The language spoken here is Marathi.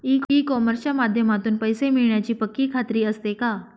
ई कॉमर्सच्या माध्यमातून पैसे मिळण्याची पक्की खात्री असते का?